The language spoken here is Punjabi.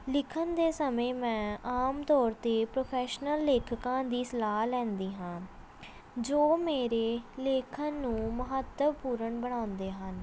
ਲਿਖਣ ਦੇ ਸਮੇਂ ਮੈਂ ਆਮ ਤੌਰ 'ਤੇ ਪ੍ਰੋਫੈਸ਼ਨਲ ਲੇਖਕਾਂ ਦੀ ਸਲਾਹ ਲੈਂਦੀ ਹਾਂ ਜੋ ਮੇਰੇ ਲੇਖਣ ਨੂੰ ਮਹੱਤਵਪੂਰਨ ਬਣਾਉਂਦੇ ਹਨ